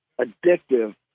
addictive